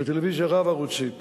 בטלוויזיה רב-ערוצית,